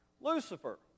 Lucifer